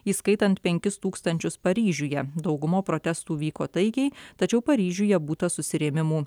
įskaitant penkis tūkstančius paryžiuje dauguma protestų vyko taikiai tačiau paryžiuje būta susirėmimų